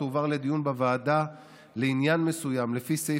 תועבר לדיון בוועדה לעניין מסוים לפי סעיף